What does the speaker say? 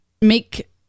make